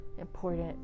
important